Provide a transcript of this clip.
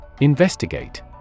Investigate